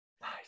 Nice